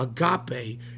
Agape